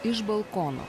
iš balkono